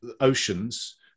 oceans